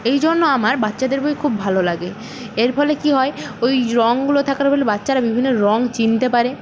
এই জন্য আমার বাচ্চাদের বই খুব ভালো লাগে এর ফলে কী হয় ওই রঙগুলো থাকার ফলে বাচ্চারা বিভিন্ন রঙ চিনতে পারে